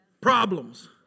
problems